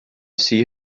see